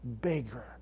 bigger